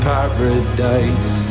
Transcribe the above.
Paradise